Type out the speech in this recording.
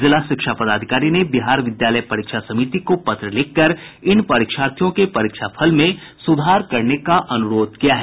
जिला शिक्षा पदाधिकारी ने बिहार विद्यालय परीक्षा समिति को पत्र लिखकर इन परीक्षार्थियों के परीक्षाफल में सुधार करने का अनुरोध किया है